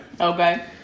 Okay